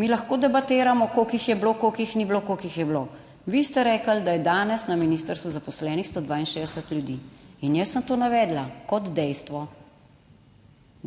Mi lahko debatiramo koliko jih je bilo, koliko jih ni bilo, koliko jih je bilo, vi ste rekli, da je danes na ministrstvu zaposlenih 162 ljudi in jaz sem to navedla kot dejstvo.